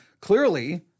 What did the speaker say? clearly